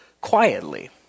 quietly